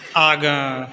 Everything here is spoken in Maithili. आगाँ